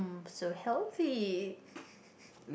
so healthy